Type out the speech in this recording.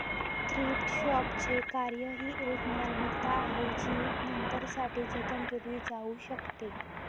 thrift शॉपचे कार्य ही एक मालमत्ता आहे जी नंतरसाठी जतन केली जाऊ शकते